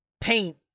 paint